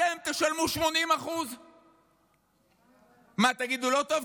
אתם תשלמו 80%. מה, תגידו שלא טוב?